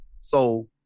So-